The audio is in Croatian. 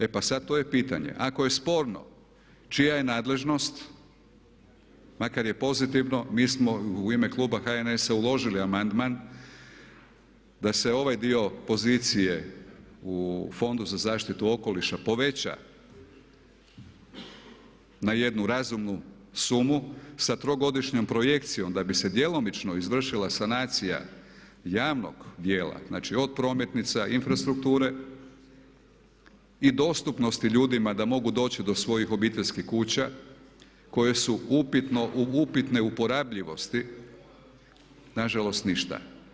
E pa sad to je pitanje ako je sporno čija je nadležnost makar je pozitivno mi smo u ime kluba HNS-a uložili amandman da se ovaj dio pozicije u Fondu za zaštitu okoliša poveća na jednu razumnu sumu sa trogodišnjom projekcijom da bi se djelomično izvršila sanacija javnog dijela, znači od prometnica, infrastrukture i dostupnosti ljudima da mogu doći do svojih obiteljskih kuća koje su upitne uporabljivosti na žalost ništa.